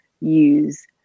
use